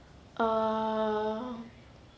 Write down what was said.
uh